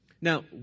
Now